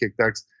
kickbacks